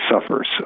suffers